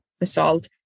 assault